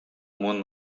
moon